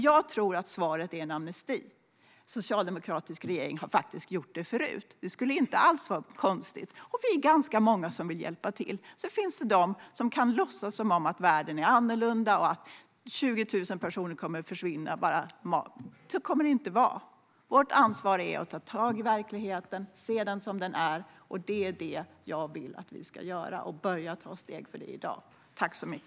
Jag tror att svaret är en amnesti. En socialdemokratisk regering har faktiskt gjort det förut. Det skulle inte alls vara konstigt. Vi är ganska många som vill hjälpa till. Sedan finns det de som kan låtsas som att världen är annorlunda och att 20 000 personer bara kommer att försvinna. Så kommer det inte att vara. Vårt ansvar är att ta tag i verkligheten och se den som den är. Jag vill att vi ska börja ta steg för det redan i dag.